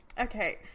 Okay